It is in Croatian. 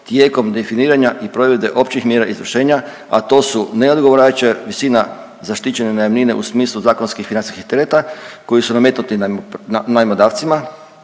tijekom definiranja i provedbe općih mjera izvršenja, a to su neodgovarajuća visina zaštićene najamnine u smislu zakonskih i financijskih tereta koji su nametnuti najmodavcima,